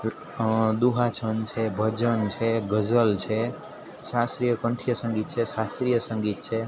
એ દુહા છંદ છે ભજન છે ગઝલ છે શાસ્ત્રીય કંઠ્ય સંગીત છે શાસ્ત્રીય સંગીત છે